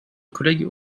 collègue